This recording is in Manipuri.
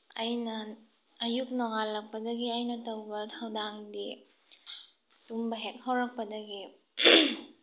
ꯑꯩꯅ ꯑꯌꯨꯛ ꯅꯣꯡꯉꯥꯜꯂꯛꯄꯗꯒꯤ ꯑꯩꯅ ꯇꯧꯕ ꯊꯧꯗꯥꯡꯗꯤ ꯇꯨꯝꯕ ꯍꯦꯛ ꯍꯧꯔꯛꯄꯗꯒꯤ